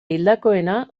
hildakoena